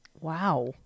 wow